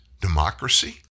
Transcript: democracy